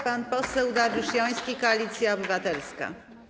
Pan poseł Dariusz Joński, Koalicja Obywatelska.